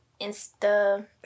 Insta